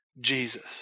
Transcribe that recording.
Jesus